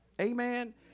Amen